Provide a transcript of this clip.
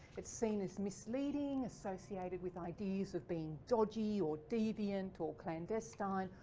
it's seen as misleading, associated with ideas of being dodgy or deviant, or clandestine,